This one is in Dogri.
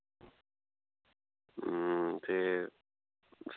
अं ते